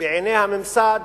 בעיני הממסד,